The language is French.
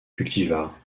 cultivars